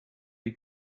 you